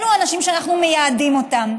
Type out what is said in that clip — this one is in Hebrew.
אלו האנשים שאנחנו מייעדים אותם.